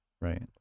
right